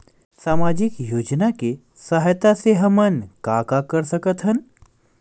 सामजिक योजना के सहायता से हमन का का कर सकत हन?